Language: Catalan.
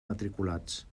matriculats